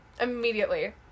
immediately